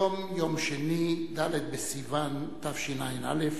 יום שני, ד' בסיוון התשע"א,